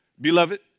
beloved